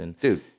Dude